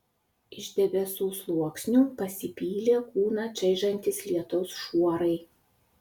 iš debesų sluoksnių pasipylė kūną čaižantys lietaus šuorai